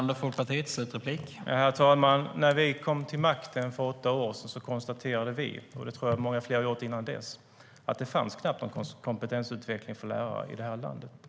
Herr talman! När vi kom till makten för åtta år sedan konstaterade vi - och det tror att jag många fler hade gjort innan dess - att det knappt fanns någon kompetensutveckling för lärare i det här landet.